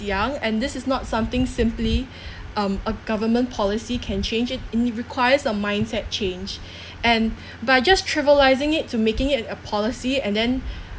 young and this is not something simply um a government policy can change it and it requires a mindset change and by just trivialising it to making it a policy and then